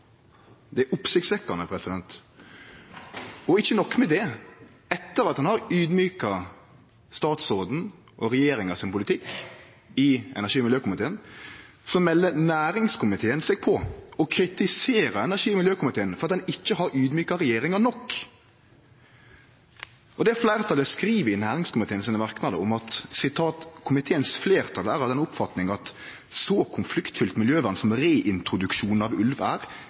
Det er oppsiktsvekkjande. Ikkje nok med det: Etter at ein har audmjuka statsråden og regjeringas politikk i energi- og miljøkomiteen, melder næringskomiteen seg på og kritiserer energi- og miljøkomiteen for at ein ikkje har audmjuka regjeringa nok. Fleirtalet skriv i merknadene frå næringskomiteen: «Komiteens flertall er av den oppfatning at så konfliktfylt miljøvern som reintroduksjon av